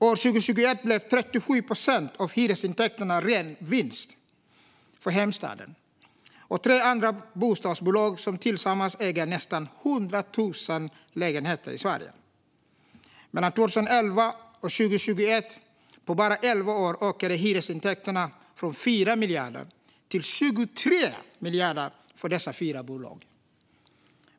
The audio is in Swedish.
År 2021 blev 37 procent av hyresintäkterna ren vinst för Heimstaden och tre andra bostadsbolag som tillsammans äger nästan 100 000 lägenheter i Sverige. Mellan 2011 och 2021, alltså på bara 11 år, ökade hyresintäkterna från 4 miljarder till 23 miljarder för dessa fyra bolag.